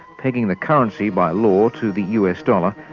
pegging the currency by law to the us dollar,